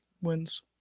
wins